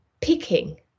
picking